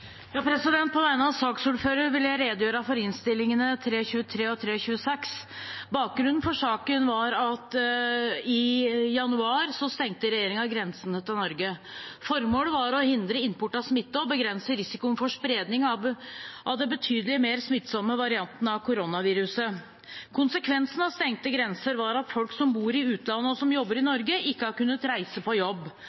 januar stengte regjeringen grensene til Norge. Formålet var å hindre import av smitte og begrense risikoen for spredning av den betydelig mer smittsomme varianten av koronaviruset. Konsekvensen av stengte grenser var at folk som bor i utlandet og jobber i Norge, ikke har kunnet reise på jobb. Mange utenlandske arbeidstakere står derfor uten inntekt som følge av innreiserestriksjonene. Fra 1. mars ble det åpnet opp for innreise for utlendinger bosatt i